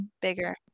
bigger